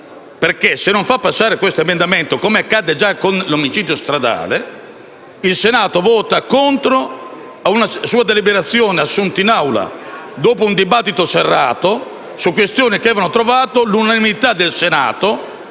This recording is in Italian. Senato non fa passare questo subemendamento, come accadde già con l'omicidio stradale, il Senato voterà contro una sua deliberazione, assunta in Assemblea dopo un dibattito serrato, su questioni che avevano trovato unanimità.